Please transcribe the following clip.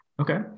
Okay